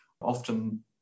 often